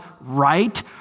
right